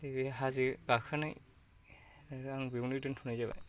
बे हाजो गाखोनाय आं बावनो दोनथ'नाय जाबाय